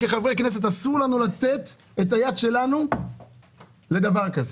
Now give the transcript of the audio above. אסור לנו כחברי כנסת לתת את היד שלנו לדבר כזה.